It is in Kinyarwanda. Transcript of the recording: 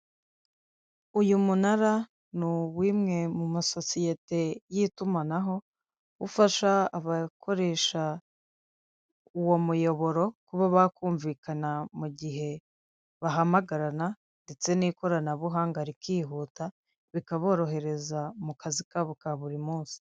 Uyu munara ni uw'imwe mu masosiyete y'itumanaho ufasha abakoresha uwo muyoboro kuba bakumvikana mu gihe bahamagarana, ndetse n'ikoranabuhanga rikihuta bikaborohereza mu kazi kabo ka buri munsi.